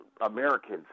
Americans